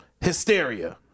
hysteria